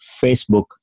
Facebook